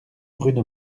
bruno